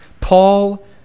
Paul